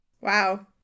Wow